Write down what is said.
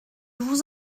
vous